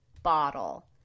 bottle